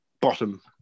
bottom